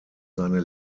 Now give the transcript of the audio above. seine